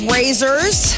Razors